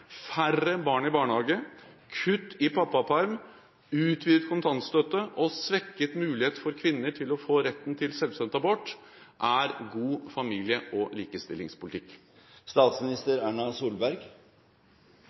færre barn i barnehage, kutt i pappaperm, utvidet kontantstøtte og svekket mulighet for kvinner til å få retten til selvbestemt abort er god familie- og